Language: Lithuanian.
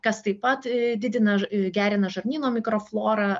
kas taip pat didina gerina žarnyno mikroflorą